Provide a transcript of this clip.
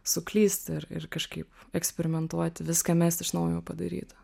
suklysti ir ir kažkaip eksperimentuoti viską mesti iš naujo padaryta